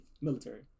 military